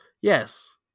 Yes